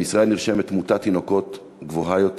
בישראל נרשמת תמותת תינוקות גבוהה יותר.